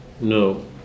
No